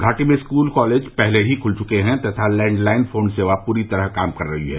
घाटी में स्कूल और कॉलेज पहले ही खुल चुके हैं तथा लैंडलाइन फोन सेवा पूरी तरह काम कर रही है